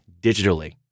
digitally